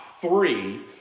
three